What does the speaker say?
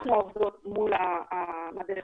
אנחנו עובדות מול המדריכות,